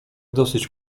dosyć